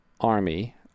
army